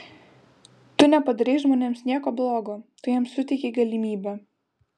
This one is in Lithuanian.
tu nepadarei žmonėms nieko blogo tu jiems suteikei galimybę